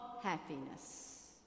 happiness